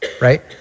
right